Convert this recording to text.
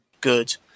good